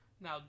Now